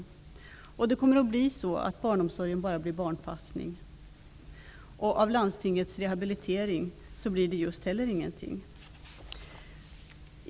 Barnomsorgen kommer bara att bli barnpassning. Av landstingets rehabilitering blir det just heller ingenting.